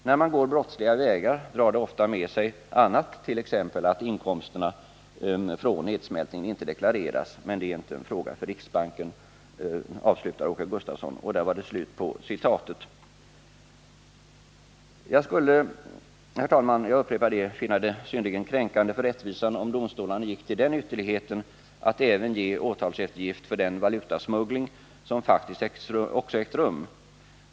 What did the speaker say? — När man går brottsliga vägar drar det ofta också med sig annat, t.ex. att inkomsterna från nedsmältningen inte deklareras, men det är inte en fråga för riksbanken, avslutar Åke Gustafsson.” Herr talman! Jag skulle — jag upprepar det — finna det synnerligen kränkande för rättvisan om domstolarna gick till den ytterligheten att även ge åtalseftergift för den valutasmuggling som faktiskt också ägt rum.